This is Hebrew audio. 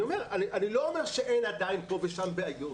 אני לא אומר שאין עדיין פה ושם בעיות.